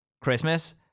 Christmas